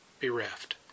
bereft